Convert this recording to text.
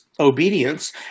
obedience